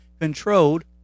controlled